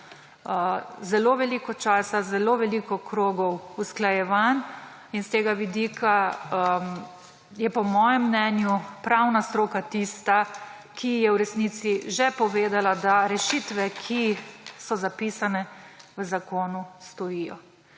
zelo veliko časa, zelo veliko krogov usklajevanj in s tega vidika je po mojem mnenju pravna stroka tista, ki je v resnici že povedala, da rešitve, ki so zapisane v zakonu, stojijo.